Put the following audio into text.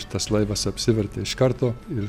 šitas laivas apsivertė iš karto ir